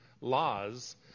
laws